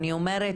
אני אומרת